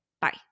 bye